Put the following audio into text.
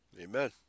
Amen